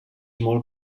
molt